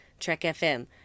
trekfm